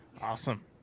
Awesome